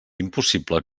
impossible